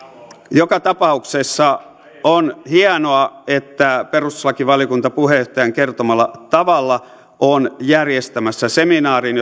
joka tapauksessa on hienoa että perustuslakivaliokunta puheenjohtajan kertomalla tavalla on järjestämässä seminaarin